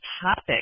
topic